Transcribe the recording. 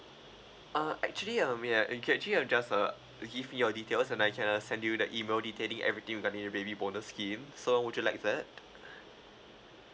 uh actually um yeah you can actually uh just uh give me your details and I can uh send you the email detailing everything regarding the baby bonus scheme so would you like that